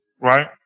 right